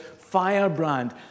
firebrand